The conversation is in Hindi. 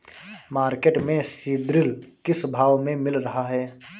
मार्केट में सीद्रिल किस भाव में मिल रहा है?